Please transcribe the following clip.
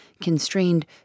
constrained